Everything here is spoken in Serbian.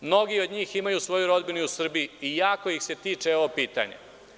Mnogi od njih imaju svoju rodbinu i u Srbiji i jako ih se tiče ovo pitanje.